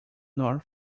nor